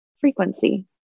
frequency